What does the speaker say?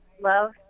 love